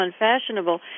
unfashionable